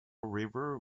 river